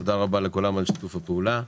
תודה רבה לכולם על שיתוף הפעולה.